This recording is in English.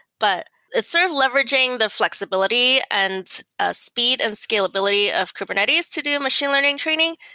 but it's sort of leveraging the fl exibility and ah speed and scalability of kubernetes to do machine learning training.